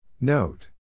Note